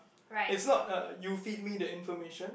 it's not a you feed me the information